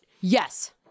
Yes